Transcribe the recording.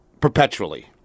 perpetually